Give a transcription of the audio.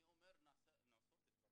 אני אומר שנעשים דברים,